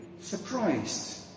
Surprised